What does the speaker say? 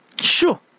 Sure